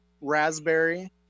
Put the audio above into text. raspberry